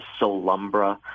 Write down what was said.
solumbra